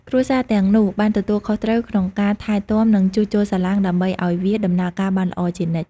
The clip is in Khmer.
គ្រួសារទាំងនោះបានទទួលខុសត្រូវក្នុងការថែទាំនិងជួសជុលសាឡាងដើម្បីឱ្យវាដំណើរការបានល្អជានិច្ច។